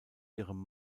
ihrem